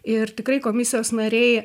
ir tikrai komisijos nariai